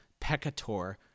peccator